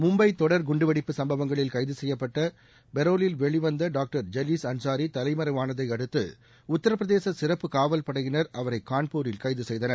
மும்பை தொடர் குண்டுவெடிப்பு சம்பவங்களில் கைது செய்யப்பட்டு பெரோலில் வெளிவந்த டாக்டர் ஜலீஸ் அன்சாரி தலைமறைவானதை அடுத்து உத்திரப்பிரதேச சிறப்பு காவல் படையினர் அவரை கான்பூரில் கைது செய்தனர்